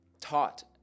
taught